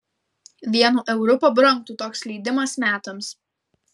vienu euru pabrangtų toks leidimas metams